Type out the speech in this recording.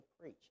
preach